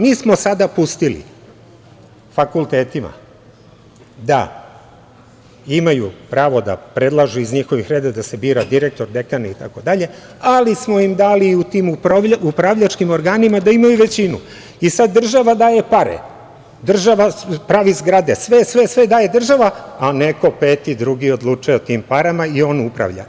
Mi smo sada pustili fakultetima da imaju pravo da predlažu iz njihovih redova da se bira direktor, dekan i tako dalje, ali smo im dali i u tim upravljačkim organima da imaju većinu i sada država daje pare, država pravi zgrade, sve, sve daje država, a neko peti, drugi odlučuje o tim parama i on upravlja.